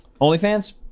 OnlyFans